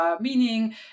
meaning